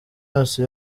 yose